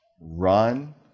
Run